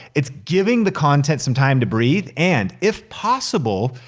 it's giving the content some time to breathe and if possible,